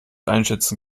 einschätzen